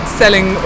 selling